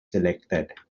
selected